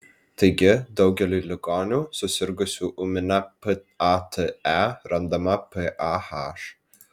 taigi daugeliui ligonių sirgusių ūmine pate randama pah